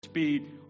speed